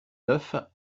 neuf